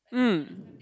mm